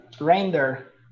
render